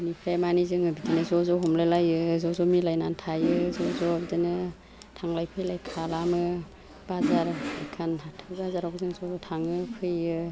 बिनिफ्राय मानि जोङो बिदिनो ज' ज' हमलाय लायो ज' ज' मिलायनानै थायो जों ज' ज' बिदिनो थांलाय फैलाय खालामो बाजार दखान हाथाय बाजारावबो जोङो ज' थाङो फैयो